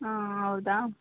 ಹಾಂ ಹೌದಾ